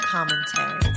Commentary